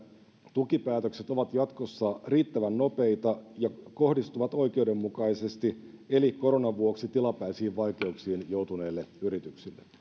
tukipäätökset ovat jatkossa riittävän nopeita ja kohdistuvat oikeudenmukaisesti eli koronan vuoksi tilapäisiin vaikeuksiin joutuneille yrityksille